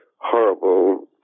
horrible